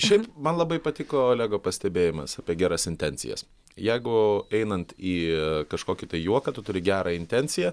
šiaip man labai patiko olego pastebėjimas apie geras intencijas jeigu einant į kažkokį tai juoką tu turi gerą intenciją